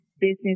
business